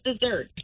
dessert